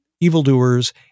evildoers